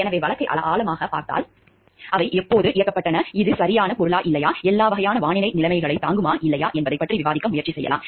எனவே வழக்கை ஆழமாகப் பார்த்தால் அவை எப்போது இயக்கப்பட்டன இது சரியான பொருளா இல்லையா எல்லா வகையான வானிலை நிலைகளையும் தாங்குமா இல்லையா என்பதைப் பற்றி விவாதிக்க முயற்சி செய்யலாம்